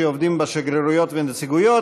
שעובדים בשגרירויות ובנציגויות,